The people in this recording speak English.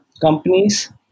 companies